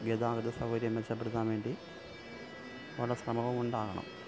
ഗതാഗത സൗകര്യം മെച്ചപ്പെടുത്താൻവേണ്ടി ഉള്ള ശ്രമവും ഉണ്ടാകണം